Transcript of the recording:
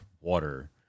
water